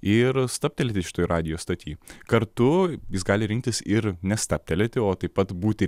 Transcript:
ir stabtelti šitoj radijo stoty kartu jis gali rinktis ir nestabtelėti o taip pat būti